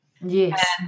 Yes